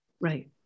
Right